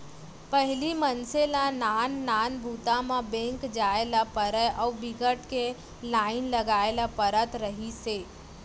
पहिली मनसे ल नान नान बूता म बेंक जाए ल परय अउ बिकट के लाईन लगाए ल परत रहिस हे